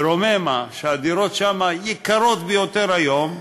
ברוממה, שהדירות שם יקרות ביותר היום,